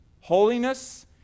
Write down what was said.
Holiness